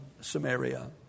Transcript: Samaria